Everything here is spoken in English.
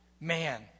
man